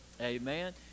Amen